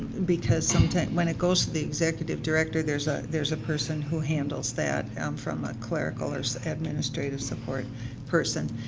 because sometimes when it goes to the executive director, there's ah a person who handles that um from a clerical or so administrative support person.